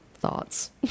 thoughts